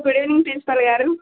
good evening principal గారు